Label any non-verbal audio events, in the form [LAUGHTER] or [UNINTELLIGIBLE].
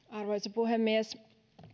[UNINTELLIGIBLE] arvoisa puhemies